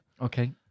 Okay